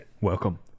Welcome